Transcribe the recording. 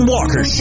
Walker